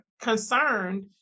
concerned